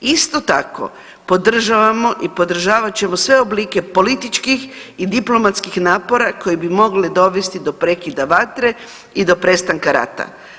Isto tako podržavamo i podržavat ćemo sve oblike političkih i diplomatskih napora koje bi mogle dovesti do prekida vatre i do prestanka rata.